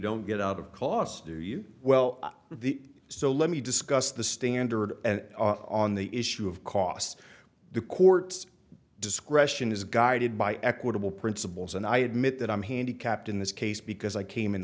don't get out of kloster you well the so let me discuss the standard and on the issue of cost the courts discretion is guided by equitable principles and i admit that i'm handicapped in this case because i came in